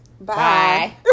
bye